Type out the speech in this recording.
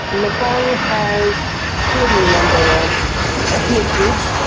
nepal has extraordinary number of ethnic groups.